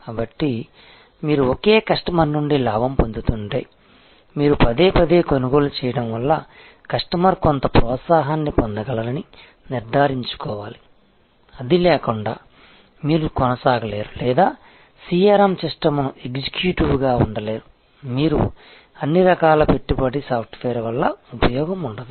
కాబట్టి మీరు ఒకే కస్టమర్ నుండి లాభం పొందుతుంటే మీరు పదేపదే కొనుగోలు చేయడం వలన కస్టమర్ కొంత ప్రోత్సాహాన్ని పొందగలరని నిర్ధారించుకోవాలి అది లేకుండా మీరు కొనసాగలేరు లేదా CRM సిస్టమ్ ఎగ్జిక్యూటివ్గా ఉండలేరు మీరు అన్ని రకాల పెట్టుబడి సాఫ్ట్వేర్ వల్ల ఉపయోగం ఉండదు